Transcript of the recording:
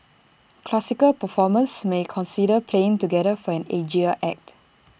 classical performers may consider playing together for an edgier act